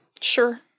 Sure